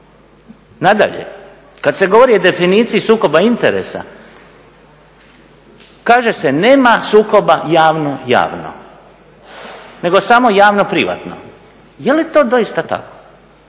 Nadalje, kada se govori o definiciji sukoba interesa kaže se nema sukoba javno, javno, nego samo javno, privatno. Jeli to doista tako?